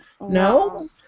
no